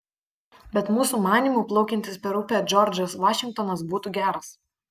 bet mūsų manymu plaukiantis per upę džordžas vašingtonas būtų geras